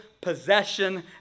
possession